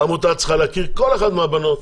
העמותה צריכה להכיר כל אחת מהבנות,